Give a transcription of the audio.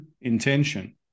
intention